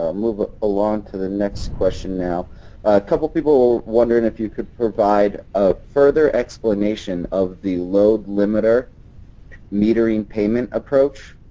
um move ah along to the next question now. a couple of people were wondering if you could provide a further explanation of the load limiter metering payment approach.